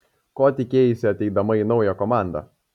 ko tikėjaisi ateidama į naują komandą